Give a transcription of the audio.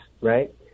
right